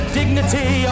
dignity